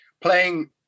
playing